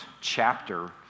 chapter